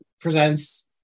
presents